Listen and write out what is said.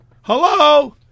Hello